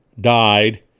died